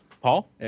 Paul